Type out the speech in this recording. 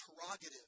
prerogative